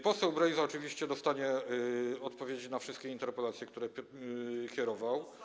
Poseł Brejza oczywiście dostanie odpowiedzi na wszystkie interpelacje, które kierował.